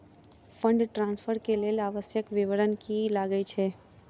Fund transfer केँ लेल आवश्यक विवरण की की लागै छै?